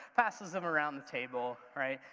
passes them around the table, right?